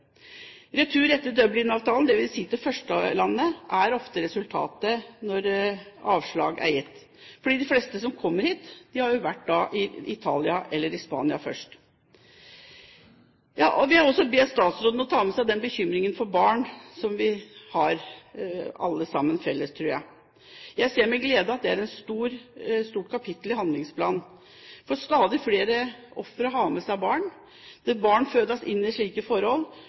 Retur etter Dublin-avtalen, dvs. til det første landet de kom til, er ofte resultatet når avslag er gitt. De fleste som kommer hit, har vært i Italia eller i Spania først. Jeg vil også be statsråden ta med seg bekymringen for barn – noe vi alle sammen har felles, tror jeg, og jeg ser med glede at det er et stort kapittel i handlingsplanen. Stadig flere ofre har med seg barn, og barn fødes inn i slike forhold.